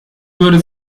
würde